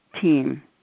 team